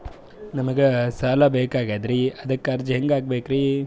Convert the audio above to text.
ನಮಗ ಸಾಲ ಬೇಕಾಗ್ಯದ್ರಿ ಅದಕ್ಕ ಅರ್ಜಿ ಹೆಂಗ ಹಾಕಬೇಕ್ರಿ?